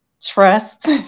trust